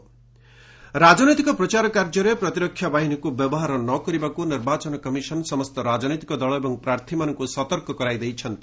EC advisory ରାଜନୈତିକ ପ୍ରଚାର କାର୍ଯ୍ୟରେ ପ୍ରତିରକ୍ଷା ବାହିନୀକୁ ବ୍ୟବହାର ନ କରିବାକୁ ନିର୍ବାଚନ କମିଶନ ସମସ୍ତ ରାଜନୈତିକ ଦଳ ଏବଂ ପ୍ରାର୍ଥୀମାନଙ୍କୁ ସତର୍କ କରାଇଦେଇଛନ୍ତି